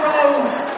Rose